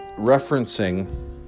referencing